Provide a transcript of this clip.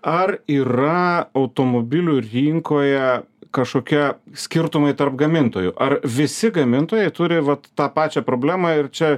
ar yra automobilių rinkoje kažkokia skirtumai tarp gamintojų ar visi gamintojai turi vat tą pačią problemą ir čia